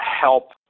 help